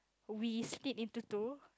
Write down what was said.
we split into two